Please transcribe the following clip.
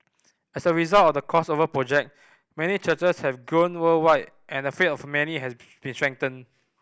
as a result of the Crossover Project many churches have grown worldwide and the faith of many has been strengthened